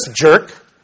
jerk